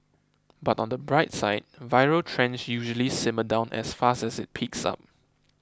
but on the bright side viral trends usually simmer down as fast as it peaks up